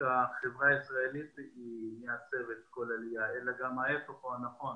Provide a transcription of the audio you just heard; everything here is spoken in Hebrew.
החברה הישראלית מעצבת כל עלייה אלא גם ההיפך הוא הנכון.